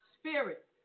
Spirit